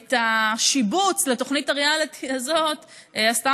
את השיבוץ לתוכנית הריאליטי הזאת עשתה